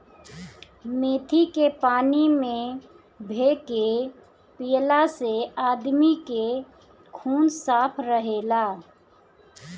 मेथी के पानी में भे के पियला से आदमी के खून साफ़ रहेला